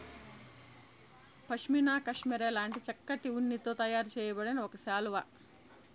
pashmina cashmere లాంటి చక్కటి ఉన్నితో తయారు చేయబడిన ఒక శాలువా